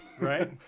right